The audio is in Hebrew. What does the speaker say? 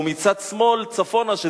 ומצד שמאל צפונה,